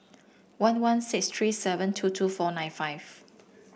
one one six three seven two two four nine five